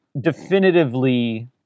definitively